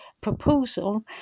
proposal